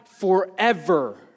forever